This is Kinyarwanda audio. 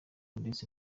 ndetse